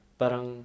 parang